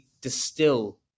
distill